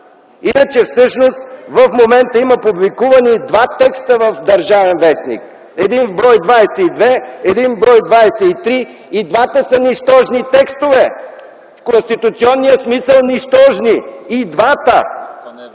Иначе всъщност в момента има публикувани два текста в „Държавен вестник”. Един в бр. 22, един в бр. 23. И двата са нищожни текстове. Нищожни в конституционния смисъл. И двата.